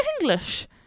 english